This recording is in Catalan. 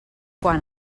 quan